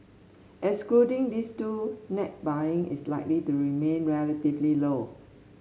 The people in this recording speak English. excluding these two net buying is likely to remain relatively low